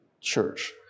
church